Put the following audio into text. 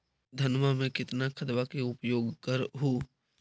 धानमा मे कितना खदबा के उपयोग कर हू?